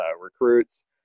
recruits